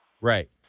Right